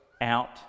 out